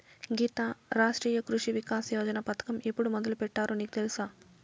గీతా, రాష్ట్రీయ కృషి వికాస్ యోజన పథకం ఎప్పుడు మొదలుపెట్టారో నీకు తెలుసా